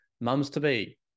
mums-to-be